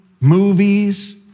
movies